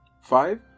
Five